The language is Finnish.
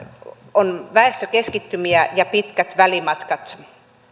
on väestökeskittymiä ja pitkät välimatkat